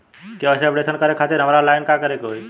KYC update करे खातिर हमरा ऑनलाइन का करे के होई?